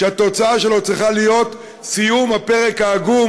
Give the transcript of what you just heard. שהתוצאה שלו צריכה להיות סיום הפרק העגום